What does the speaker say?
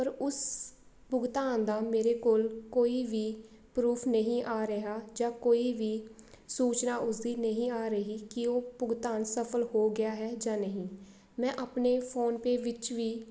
ਪਰ ਉਸ ਭੁਗਤਾਨ ਦਾ ਮੇਰੇ ਕੋਲ ਕੋਈ ਵੀ ਪਰੂਫ ਨਹੀਂ ਆ ਰਿਹਾ ਜਾਂ ਕੋਈ ਵੀ ਸੂਚਨਾ ਉਸ ਦੀ ਨਹੀਂ ਆ ਰਹੀ ਕਿ ਉਹ ਭੁਗਤਾਨ ਸਫਲ ਹੋ ਗਿਆ ਹੈ ਜਾਂ ਨਹੀਂ ਮੈਂ ਆਪਣੇ ਫੋਨਪੇ ਵਿੱਚ ਵੀ